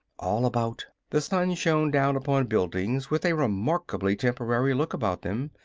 all about, the sun shone down upon buildings with a remarkably temporary look about them,